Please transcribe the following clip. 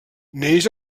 neix